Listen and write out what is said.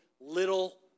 little